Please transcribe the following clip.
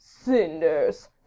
Cinders